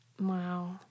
Wow